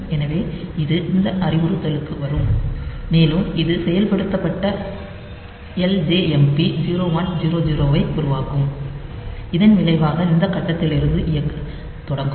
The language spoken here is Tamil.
எனவே இது இந்த அறிவுறுத்தலுக்கு வரும் மேலும் இது செயல்படுத்தப்பட்ட எல்ஜேஎம்பி 0100 ஐ உருவாக்கும் இதன் விளைவாக இந்த கட்டத்தில் இருந்து இயக்கத் தொடங்கும்